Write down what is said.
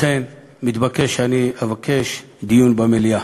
לכן אבקש דיון במליאה.